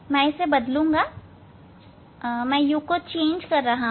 मैं इसे बदलूंगा अर्थात मैं u को बदल रहा हूं